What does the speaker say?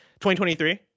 2023